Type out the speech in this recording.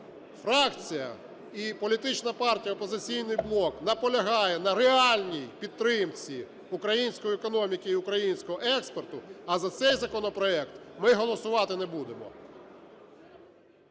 Фракція і Політична партія "Опозиційний блок" наполягає на реальній підтримці української економіки і українського експорту. А за цей законопроект ми голосувати не будемо.